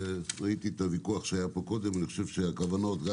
ראיתי את הוויכוח שהיה פה קודם ואני חושב שהכוונות גם